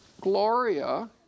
Gloria